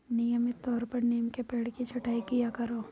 नियमित तौर पर नीम के पेड़ की छटाई किया करो